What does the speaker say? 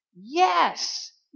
Yes